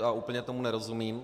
A úplně tomu nerozumím.